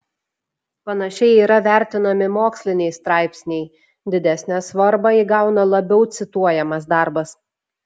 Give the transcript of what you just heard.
panašiai yra vertinami moksliniai straipsniai didesnę svarbą įgauna labiau cituojamas darbas